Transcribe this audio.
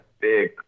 big